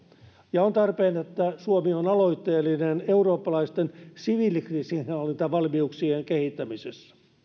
ja on tarpeen että suomi on aloitteellinen eurooppalaisten siviilikriisinhallintavalmiuksien kehittämisessä